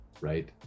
right